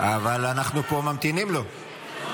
--- אבל אנחנו פה ממתינים לו.